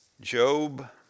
Job